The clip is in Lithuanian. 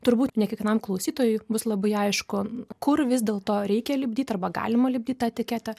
turbūt ne kiekvienam klausytojui bus labai aišku kur vis dėl to reikia lipdyt arba galima lipdyt tą etiketę